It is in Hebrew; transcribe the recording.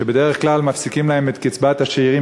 שבדרך כלל מפסיקים להם את קצבת השאירים